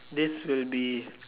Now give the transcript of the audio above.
this will be